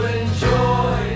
enjoy